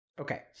Okay